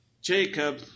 Jacob